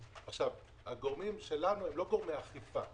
הגורמים שלנו הם לא גורמי אכיפה.